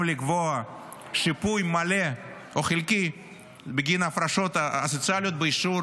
לקבוע שיפוי מלא או חלקי בגין ההפרשות הסוציאליות באישור